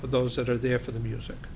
for those that are there for the music